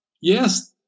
Yes